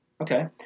Okay